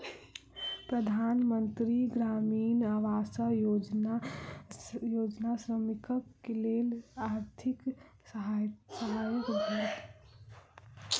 प्रधान मंत्री ग्रामीण आवास योजना श्रमिकक लेल आर्थिक सहायक भेल